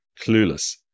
clueless